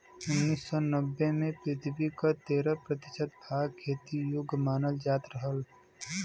उन्नीस सौ नब्बे में पृथ्वी क तेरह प्रतिशत भाग खेती योग्य मानल जात रहल